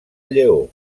lleó